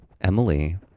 Emily